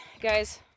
guys